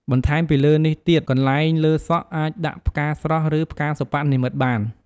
បន្ថែមពីលើនេះទៀតកន្លែងលើសក់អាចដាក់ផ្កាស្រស់ឬផ្កាសិប្បនិម្មិតបាន។